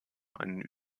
einen